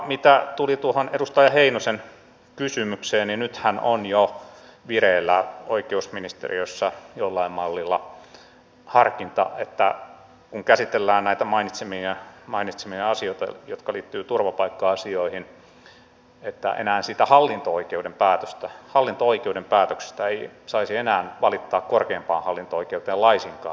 mitä tuli tuohon edustaja heinosen kysymykseen niin nythän on jo vireillä oikeusministeriössä jollain mallilla harkinta että kun käsitellään näitä mainitsemiani asioita jotka liittyvät turvapaikka asioihin niin siitä hallinto oikeuden päätöksestä ei saisi enää valittaa korkeimpaan hallinto oikeuteen laisinkaan